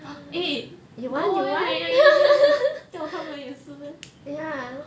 eh 要要要要要叫他们也是 leh